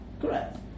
Correct